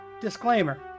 Disclaimer